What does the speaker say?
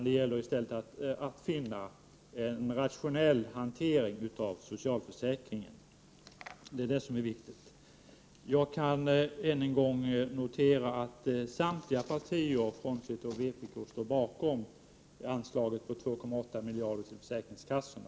Det gäller i stället att finna en rationell hantering av socialförsäkringen. Det är det som är det viktiga. Jag kan än en gång notera att samtliga partier, frånsett vpk, står bakom anslaget på 2,8 miljarder till försäkringskassorna.